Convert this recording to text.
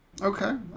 okay